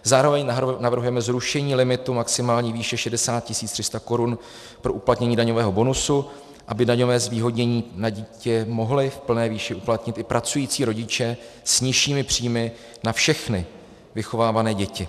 Zároveň navrhujeme zrušení limitu maximální výše 60 300 korun pro uplatnění daňového bonusu, aby daňové zvýhodnění na dítě mohli v plné výši uplatnit i pracující rodiče s nižšími příjmy na všechny vychovávané děti.